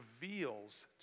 reveals